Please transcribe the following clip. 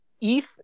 ETH